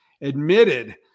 admitted